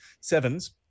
sevens